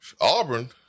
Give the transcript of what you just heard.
Auburn